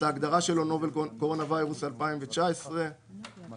Novel Coronavirus 2019-nCoV;